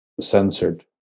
censored